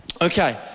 okay